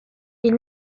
est